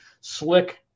slick